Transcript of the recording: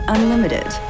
Unlimited